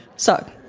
so,